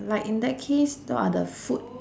like in that case what are the food